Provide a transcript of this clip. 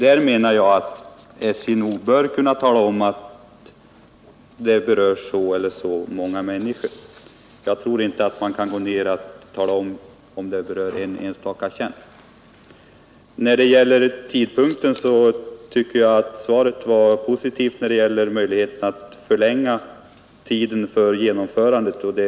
Jag menar att SJ bör kunna tala om att det berör så eller så många människor. När det gäller tidpunkten tycker jag att svaret var positivt beträffande möjligheterna att förlänga tiden för genomförandet.